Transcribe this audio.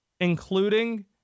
including